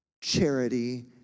charity